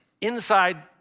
inside